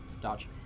dodge